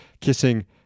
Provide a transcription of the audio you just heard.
kissing